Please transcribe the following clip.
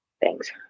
Thanks